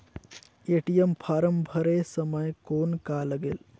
ATM form भरे समय कौन का लगेल?